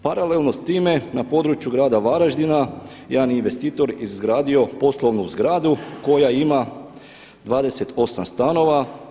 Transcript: Paralelno s time na području grada Varaždina jedan je investitor izgradio poslovnu zgradu koja ima 28 stanova.